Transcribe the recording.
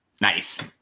Nice